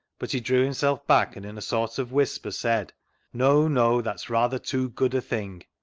but he, drew himself back, and in a sort of whisper said no, no, that's rather too good a thing,